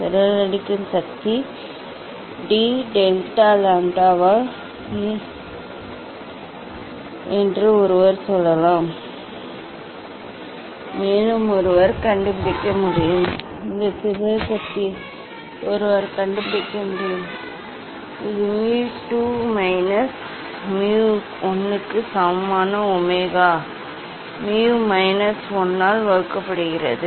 சிதறடிக்கும் சக்தி d delta லாம்ப்டாவால் டி லாம்ப்டா என்றும் ஒருவர் சொல்லலாம் மேலும் ஒருவர் கண்டுபிடிக்க முடியும் mu இந்த சிதறல் சக்தியை ஒருவர் கண்டுபிடிக்க முடியும் இது mu 2 minus mu 1 க்கு சமமான ஒமேகா mu minus 1 ஆல் வகுக்கப்படுகிறது